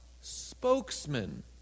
spokesman